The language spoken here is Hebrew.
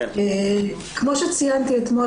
כמו שציינתי אתמול,